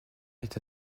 est